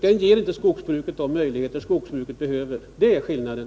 Den ger inte de möjligheter som skogsbruket behöver — det är skillnaden.